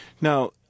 Now